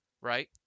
right